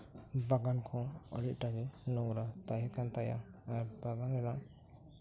ᱵᱟᱜᱟᱱ ᱠᱚ ᱟᱹᱰᱤ ᱟᱸᱴ ᱜᱮ ᱱᱳᱝᱨᱟ ᱛᱟᱸᱦᱮ ᱠᱟᱱ ᱛᱟᱭᱟ ᱟᱨ ᱵᱟᱜᱟᱱ ᱨᱮ